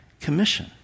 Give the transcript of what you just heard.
commission